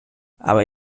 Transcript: але